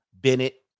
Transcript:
Bennett